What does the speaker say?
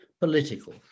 political